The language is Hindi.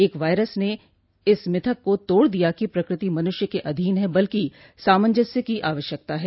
एक वायरस ने इस मिथक को तोड दिया कि प्रकृति मनुष्य के अधीन है बल्कि सामंजस्य की आवश्यकता है